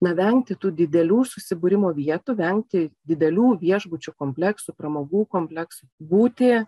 na vengti tų didelių susibūrimo vietų vengti didelių viešbučių kompleksų pramogų kompleksų būti